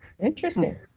interesting